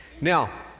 now